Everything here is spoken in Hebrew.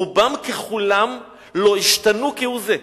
רובם ככולם לא השתנו כהוא זה.